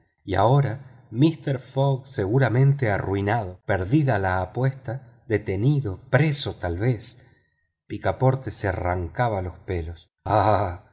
y ahora mister fogg seguramente arruinado perdida la apuesta detenido preso tal vez picaporte se arrancaba los pelos ah